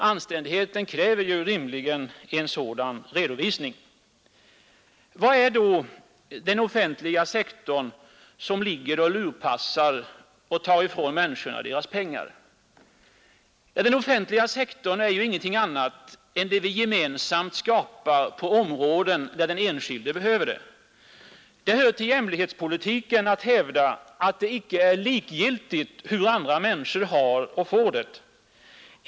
Anständigheten kräver en sådan redovisning. Vad är då den offentliga sektorn, som ligger och lurpassar och tar ifrån människorna deras pengar? Jo, den offentliga sektorn är ingenting annat än det vi gemensamt skapar på områden där den enskilde behöver det. Det hör till jämlikhetspolitiken att hävda, att det inte är likgiltigt hur andra människor har och får det.